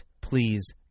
please